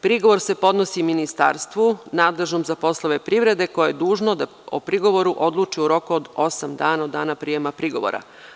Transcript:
Prigovor se podnosi ministarstvu nadležnom za poslove privrede, koje je dužno da o prigovoru odluči u roku od osam dana od dana prijema prigovora.